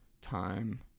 time